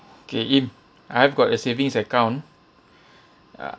K im I have got a savings account uh